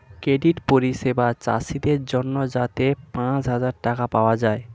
credit পরিষেবা চাষীদের জন্যে যাতে পাঁচ হাজার টাকা পাওয়া যায়